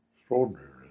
Extraordinary